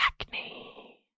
acne